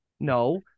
No